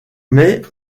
mais